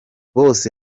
bose